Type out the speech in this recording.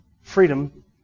freedom